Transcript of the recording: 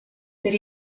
per